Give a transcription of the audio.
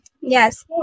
Yes